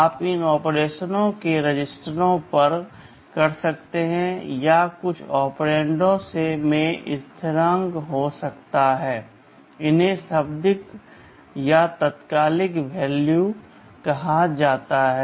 आप इन ऑपरेशनों को रजिस्टरों पर कर सकते हैं या कुछ ऑपरेंडों में स्थिरांक हो सकते हैं इन्हें शाब्दिक या तात्कालिक मान कहा जाता है